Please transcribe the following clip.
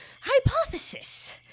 Hypothesis